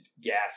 gas